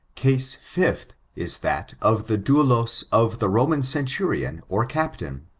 case fifth, is that of the dotdos of the roman centurion or captain.